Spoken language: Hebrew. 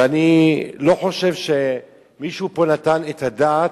ואני לא חושב שמישהו פה נתן את הדעת,